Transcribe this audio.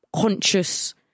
conscious